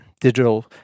digital